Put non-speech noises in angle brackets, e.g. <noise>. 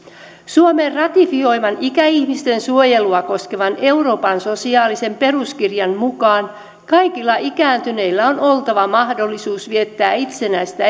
suomen ratifioiman ikäihmisten suojelua koskevan euroopan sosiaalisen peruskirjan mukaan kaikilla ikääntyneillä on oltava mahdollisuus viettää itsenäistä <unintelligible>